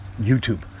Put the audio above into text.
youtube